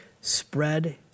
spread